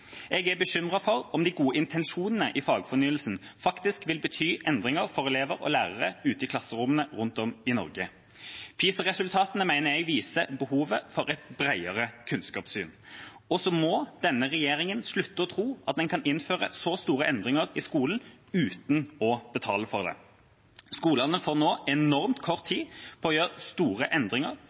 Jeg er bekymret for om de gode intensjonene i fagfornyelsen faktisk vil bety endringer for elever og lærere ute i klasserommene rundt om i Norge. PISA-resultatene mener jeg viser behovet for et bredere kunnskapssyn. Og denne regjeringa må slutte å tro at den kan innføre så store endringer i skolen uten å betale for det. Skolene får nå enormt kort tid på å gjøre store endringer,